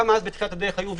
גם אז בתחילת הדרך היו ויכוחים.